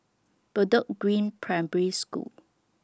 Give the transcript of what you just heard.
Bedok Green Primary School